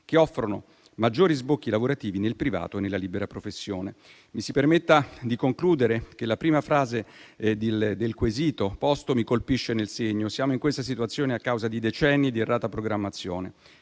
che offrono maggiori sbocchi lavorativi nel privato e nella libera professione. Mi si permetta di concludere che la prima frase del quesito postomi colpisce nel segno: siamo in questa situazione a causa di decenni di errata programmazione.